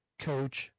coach